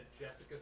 Jessica